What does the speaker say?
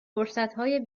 فرصتهای